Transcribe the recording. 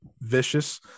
Vicious